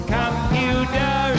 computer